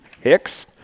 Hicks